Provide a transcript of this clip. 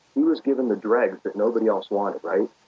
he was given the dregs that nobody else wanted, right?